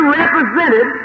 represented